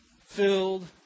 filled